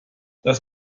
das